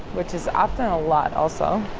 which is often a lot, also.